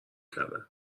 کردن